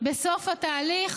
בסוף התהליך,